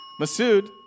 Masood